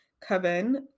coven